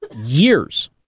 years